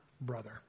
brother